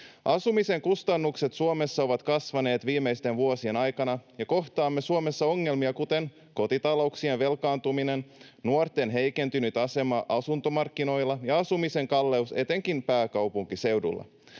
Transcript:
Asumisen kustannukset Suomessa ovat kasvaneet viimeisten vuosien aikana, ja kohtaamme Suomessa ongelmia, kuten kotitalouksien velkaantuminen, nuorten heikentynyt asema asuntomarkkinoilla ja asumisen kalleus etenkin pääkaupunkiseudulla.